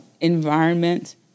environment